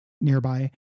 nearby